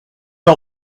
pas